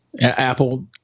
Apple